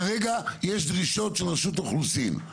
כרגע יש דרישות של רשות האוכלוסין.